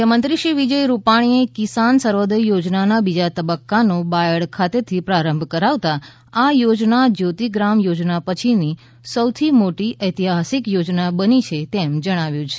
મુખ્યમંત્રી શ્રી વિજય રૂપાણીએ કિસાન સૂર્યોદય યોજનાના બીજા તબક્કાનો બાયડ ખાતેથી પ્રારંભ કરાવતાં આ યોજના જ્યોતિગ્રામ યોજના પછીની સૌથી મોટી ઐતિહાસિક યોજના બની છે તેમ જણાવ્યું છે